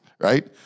right